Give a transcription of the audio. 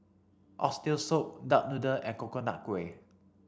oxtail soup duck noodle and Coconut Kuih